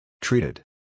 Treated